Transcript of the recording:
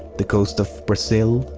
the coast of brazil?